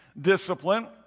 discipline